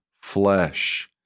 flesh